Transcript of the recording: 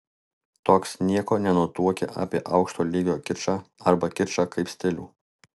toks nieko nenutuokia apie aukšto lygio kičą arba kičą kaip stilių